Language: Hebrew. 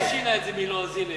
מי שינה את זה מלועזי לעברי?